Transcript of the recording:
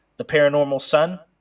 theparanormalsun